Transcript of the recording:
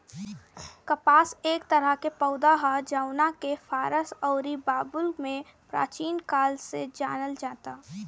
कपास एक तरह के पौधा ह जवना के फारस अउरी बाबुल में प्राचीन काल से जानल जाता